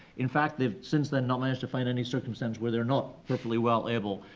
in fact they've, since then, not managed to find any circumstance where they're not perfectly well able,